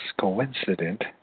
coincident